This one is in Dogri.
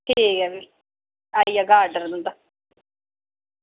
ठीक ऐ भी आई जाह्गा आर्डर तुं'दा